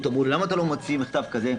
ושאלו אותו: למה אתם לא מוציאים מכתב כזה?